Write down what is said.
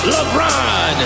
LeBron